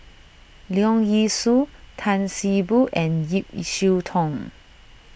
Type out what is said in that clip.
Leong Yee Soo Tan See Boo and Ip Yiu Tung